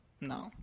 No